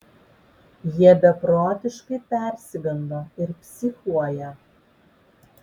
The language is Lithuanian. jie beprotiškai persigando ir psichuoja